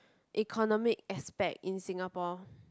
economic aspect in Singapore